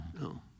No